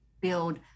build